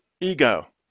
ego